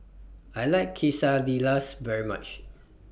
I like Quesadillas very much